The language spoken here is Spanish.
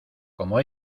como